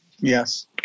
Yes